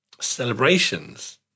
celebrations